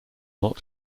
not